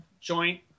joint